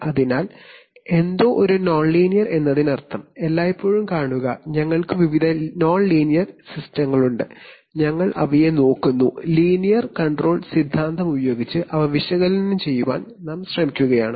അതിനാൽ എന്തോ ഒരു non ലീനിയർ എന്നതിനർത്ഥം എല്ലായ്പ്പോഴും കാണുക ഞങ്ങൾക്ക് വിവിധ non ലീനിയർ സിസ്റ്റങ്ങളുണ്ട് ഞങ്ങൾ അവയെ നോക്കുന്നു ലീനിയർ കൺട്രോൾ സിദ്ധാന്തം ഉപയോഗിച്ച് അവ വിശകലനം ചെയ്യാൻ ഞങ്ങൾ ശ്രമിക്കുകയാണ്